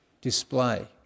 display